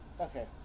okay